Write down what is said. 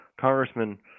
Congressman